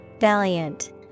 Valiant